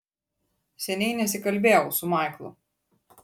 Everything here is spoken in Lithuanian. seniai nesikalbėjau su maiklu